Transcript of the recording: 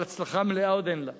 אבל הצלחה מלאה עוד אין לה.